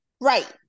Right